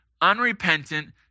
unrepentant